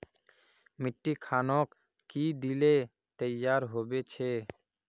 मिट्टी खानोक की दिले तैयार होबे छै?